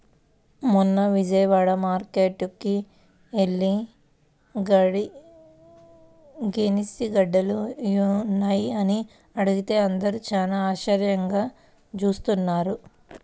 మొన్న విజయవాడ మార్కేట్టుకి యెల్లి గెనిసిగెడ్డలున్నాయా అని అడిగితే అందరూ చానా ఆశ్చర్యంగా జూత్తన్నారు